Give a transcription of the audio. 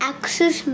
Access